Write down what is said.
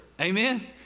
Amen